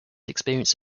experience